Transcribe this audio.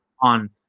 on